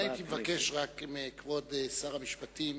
אני הייתי רק מבקש מכבוד שר המשפטים